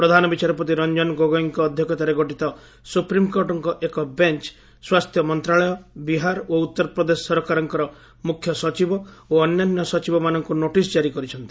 ପ୍ରଧାନ ବିଚାରପତି ରଞ୍ଜନ ଗୋଗୋଇଙ୍କ ଅଧ୍ୟକ୍ଷତାରେ ଗଠିତ ସୁପ୍ରିମ୍କୋର୍ଟଙ୍କ ଏକ ବେଞ୍ଚ୍ ସ୍ୱାସ୍ଥ୍ୟ ମନ୍ତ୍ରଣାଳୟ ବିହାର ଓ ଉତ୍ତର ପ୍ରଦେଶ ସରକାରଙ୍କ ମୁଖ୍ୟ ସଚିବ ଓ ଅନ୍ୟାନ୍ୟ ସଚିବମାନଙ୍କୁ ନୋଟିସ୍ ଜାରି କରିଛନ୍ତି